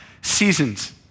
seasons